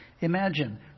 Imagine